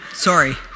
Sorry